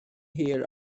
hir